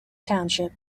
township